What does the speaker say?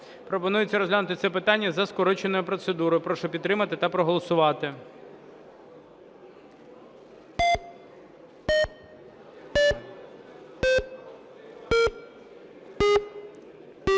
Пропонується розглянути це питання за скороченою процедурою. Прошу підтримати та проголосувати.